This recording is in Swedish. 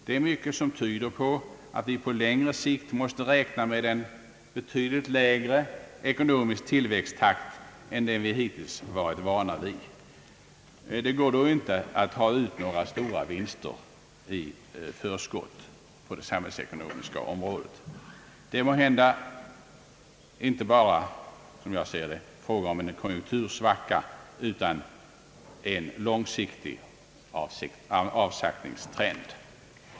Det är mycket som tyder på att vi på längre sikt måste räkna med en betydligt lägre ekonomisk tillväxttakt än den vi hittills varit vana vid. Det går då inte att ta ut några stora vinster i förskott på det samhällsekonomiska området. Det är måhända inte bara fråga om en kon junktursvacka utan en långsiktig avsaktningstrend.